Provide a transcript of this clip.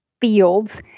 fields